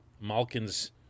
Malkin's